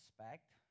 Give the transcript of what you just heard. respect